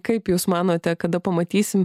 kaip jūs manote kada pamatysim